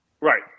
Right